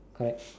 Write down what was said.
correct